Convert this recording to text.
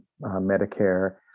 Medicare